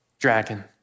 dragon